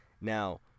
Now